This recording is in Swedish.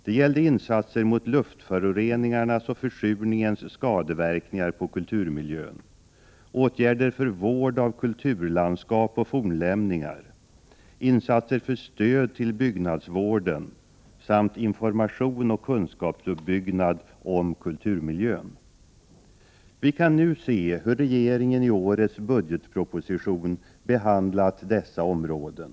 Det gällde insatser mot luftföroreningarnas och försurningens skadeverkningar på kulturmiljön, åtgärder för vård av kulturlandskap och fornlämningar, insatser för stöd till byggnadsvården samt information och kunskapsuppbyggnad beträffande kulturmiljön. Vi kan nu se hur regeringen i årets budgetproposition har behandlat dessa områden.